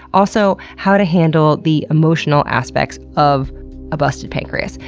also, how to handle the emotional aspects of a busted pancreas.